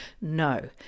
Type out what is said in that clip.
no